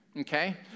Okay